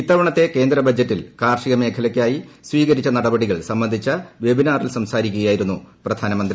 ഇത്തവണത്തെ കേന്ദ്ര ബജറ്റിൽ കാർഷിക മേഖലയ്ക്കായി സ്വീകരിച്ച നടപടികൾ സംബന്ധിച്ച് വെബിനാറിൽ സംസാരിക്കുകയായിരുന്നു പ്രധാനമന്ത്രി